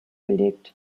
belegt